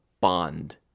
bond